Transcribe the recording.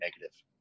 negative